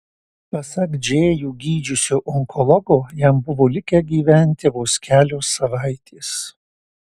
pasak džėjų gydžiusio onkologo jam buvo likę gyventi vos kelios savaitės